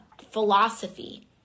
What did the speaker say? philosophy